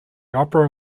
opera